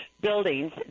buildings